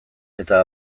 eta